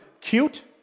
cute